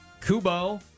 Kubo